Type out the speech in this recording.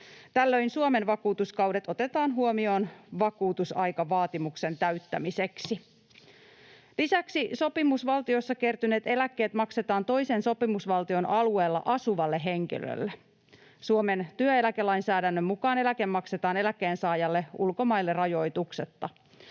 Tällöin Suomen vakuutuskaudet otetaan huomioon vakuutusaikavaatimuksen täyttämiseksi. Lisäksi sopimusvaltiossa kertyneet eläkkeet maksetaan toisen sopimusvaltion alueella asuvalle henkilölle. Suomen työeläkelainsäädännön mukaan eläke maksetaan eläkkeensaajalle ulkomaille rajoituksetta.